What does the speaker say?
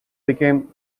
became